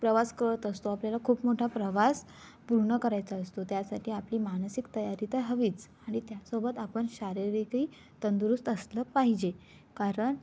प्रवास करत असतो आपल्याला खूप मोठा प्रवास पूर्ण करायचा असतो त्यासाठी आपली मानसिक तयारी तर हवीच आणि त्यासोबत आपण शारीरिकही तंदुरुस्त असलं पाहिजे कारण